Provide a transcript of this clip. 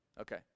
okay